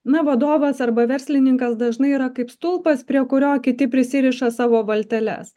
na vadovas arba verslininkas dažnai yra kaip stulpas prie kurio kiti prisiriša savo valteles